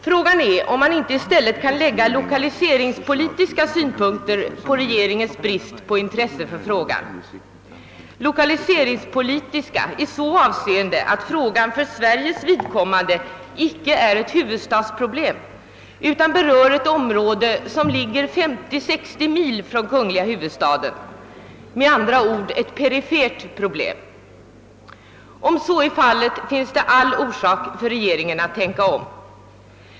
Frågan är om man inte i stället kan lägga lokaliseringspolitiska synpunkter på regeringens brist på intresse för detta spörsmål — lokaliseringspolitiska i det avseendet att frågan för Sveriges vidkommande icke är ett huvudstadsproblem utan berör ett område som ligger 50—60 mil från kungliga huvudsta den, med andra ord ett perifert problem. Om så är fallet finns all orsak för regeringen att tänka om.